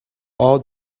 all